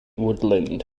woodland